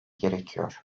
gerekiyor